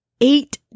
eight